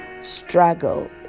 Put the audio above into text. struggle